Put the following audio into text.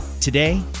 today